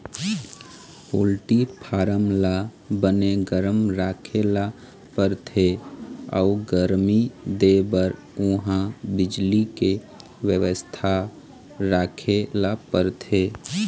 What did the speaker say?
poultry farm ल बने गरम राखे ल परथे अउ गरमी देबर उहां बिजली के बेवस्था राखे ल परथे